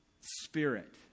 spirit